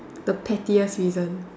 the pettiest reason